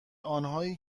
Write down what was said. آنهایی